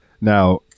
Now